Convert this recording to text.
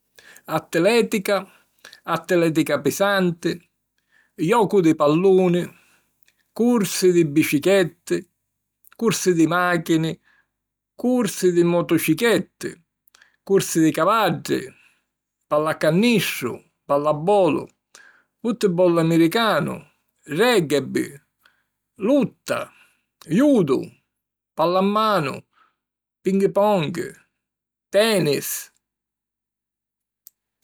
atlètica, atlètica pisanti, jocu di palluni, cursi di bicichetti, cursi di màchini, cursi di motocichetti, cursi di cavaddi, pallaccannistru, pallabbolu, futtibolli miricanu, règghebi, lutta, judu, pallammanu, pinghi ponghi, tenis.